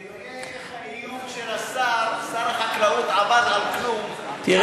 תראה איך האיום של השר, שר החקלאות, עבד על כלום,